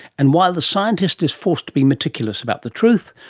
and while the scientist is forced to be meticulous about the truth,